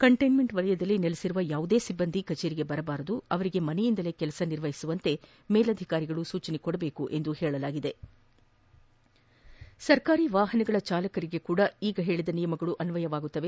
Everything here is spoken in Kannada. ಕಂಟ್ಟೆನ್ಲೆಂಟ್ ವಲಯದಲ್ಲಿ ನೆಲೆಸಿರುವ ಯಾವುದೇ ಸಿಬ್ಬಂದಿ ಕಚೇರಿಗೆ ಬರಬಾರದು ಅವರಿಗೆ ಮನೆಯಿಂದಲೇ ಕೆಲಸ ನಿರ್ವಹಿಸುವಂತೆ ಮೇಲಾಧಿಕಾರಿಗಳು ಸೂಚಿಸಬೇಕು ಸರ್ಕಾರಿ ವಾಪನಗಳ ಚಾಲಕರಿಗೆ ಸಹ ಈ ನಿಯಮಗಳು ಅನ್ವಯವಾಗುತ್ತದೆ